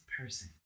person